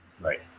Right